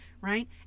right